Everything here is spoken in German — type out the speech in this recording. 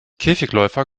käfigläufer